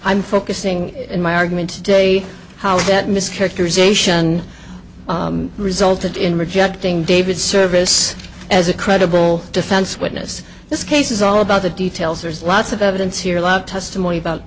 i'm focusing in my argument today how that mischaracterization resulted in rejecting david service as a credible defense witness this case is all about the details there's lots of evidence here a lot of testimony about